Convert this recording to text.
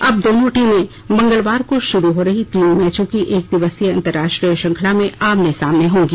अब दोनों टीमें मंगलवार को शुरू हो रही तीन मैचों की एक दिवसीय अंतर्राष्ट्रीय श्रृंखला में आमने सामने होंगी